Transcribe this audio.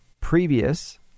previous